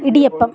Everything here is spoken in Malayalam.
ഇടിയപ്പം